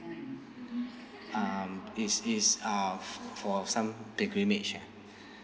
um it's it's uh for some pilgrimage ah